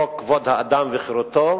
כבוד האדם וחירותו,